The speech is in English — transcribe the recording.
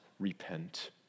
repent